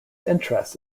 interest